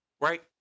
Right